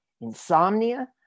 insomnia